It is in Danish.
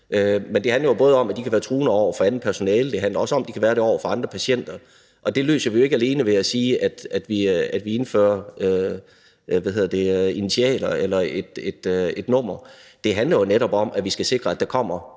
det handler jo ikke kun om, at de kan være truende over for andet personale, det handler også om, at de kan være det over for andre patienter, og det løser vi jo ikke alene ved at sige, at vi indfører initialer eller et nummer. Det handler jo netop om, at vi skal sikre, at der kommer